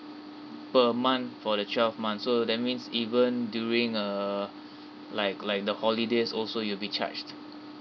per month for the twelve months so that means even during err like like the holidays also you'll be charged